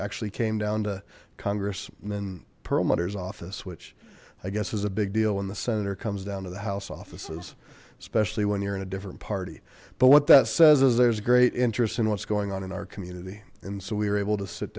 actually came down to congress in perlmutter's office which i guess is a big deal when the senator comes down to the house offices especially when you're in a different party but what that says is there's great interest in what's going on in our community and so we were able to sit